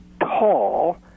tall